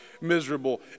miserable